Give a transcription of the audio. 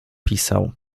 pisał